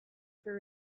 for